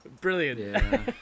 Brilliant